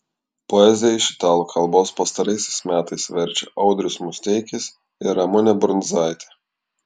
poeziją iš italų kalbos pastaraisiais metais verčia audrius musteikis ir ramunė brundzaitė